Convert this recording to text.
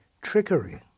trickery